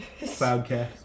cloudcast